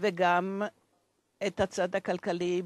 ועל הצד הכלכלי,